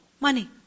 money